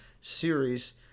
series